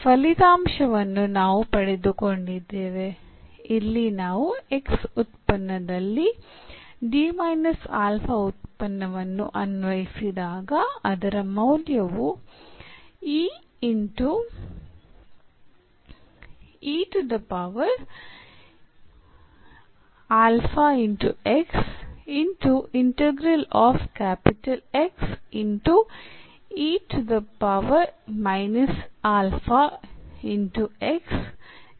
ಈ ಫಲಿತಾಂಶವನ್ನು ನಾವು ಪಡೆದುಕೊಂಡಿದ್ದೇವೆ ಇಲ್ಲಿ ನಾವು X ಉತ್ಪನ್ನದಲ್ಲಿ ಉತ್ಪನ್ನವನ್ನು ಅನ್ವಯಿಸಿದಾಗ ಅದರ ಮೌಲ್ಯವು ಆಗಿದೆ